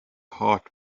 heart